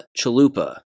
Chalupa